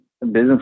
business